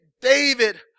David